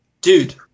dude